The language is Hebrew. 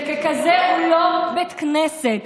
וככזה הוא לא בית כנסת,